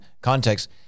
context